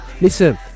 Listen